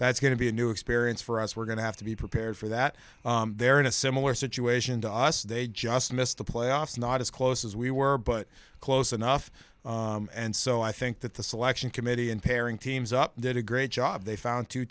that's going to be a new experience for us we're going to have to be prepared for that they're in a similar situation to us they just missed the playoffs not as close as we were but close enough and so i think that the selection committee and pairing teams up did a great job they found two